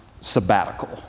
sabbatical